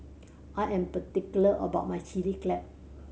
I am particular about my Chilli Crab